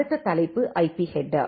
அடுத்த தலைப்பு IP header